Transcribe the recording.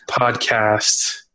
podcast